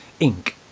inc